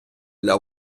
для